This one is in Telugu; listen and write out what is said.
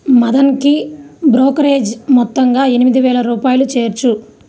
మదన్కి బ్రోకరేజీ మొత్తంగా ఎనిమిది వేల రూపాయలు చేర్చు